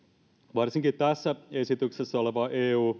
varsinkin tässä esityksessä oleva eu